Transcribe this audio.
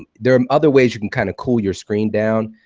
there are other ways you can kind of cool your screen down,